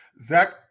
Zach